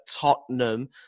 Tottenham